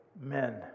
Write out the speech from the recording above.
men